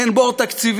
אין בור תקציבי.